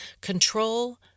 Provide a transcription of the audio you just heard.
Control